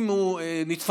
אם הוא נתפס,